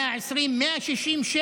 120,